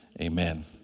Amen